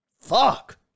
Fuck